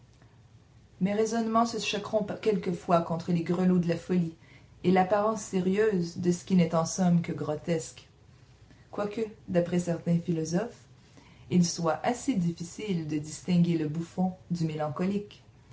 mes raisonnements se choqueront quelquefois contre les grelots de la folie et l'apparence sérieuse de ce qui n'est en somme que grotesque quoique d'après certains philosophes il soit assez difficile de distinguer le